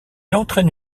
entraîne